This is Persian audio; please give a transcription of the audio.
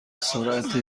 سرعت